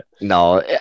No